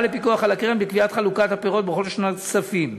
לפיקוח על הקרן קביעת חלוקת הפירות בכל שנת כספים.